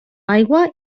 aigua